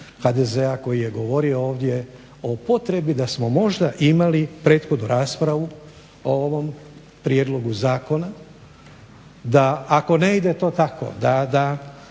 HDZ-a koji je govorio ovdje o potrebi da smo možda imali prethodnu raspravu o ovom prijedlogu zakona, da ako ne ide to tako da onda